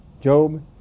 Job